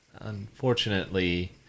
Unfortunately